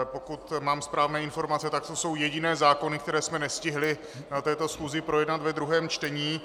Pokud mám správné informace, tak to jsou jediné zákony, které jsme nestihli na této schůzi projednat ve druhém čtení.